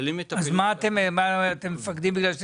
האם יש מישהו